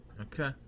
Okay